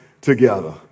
together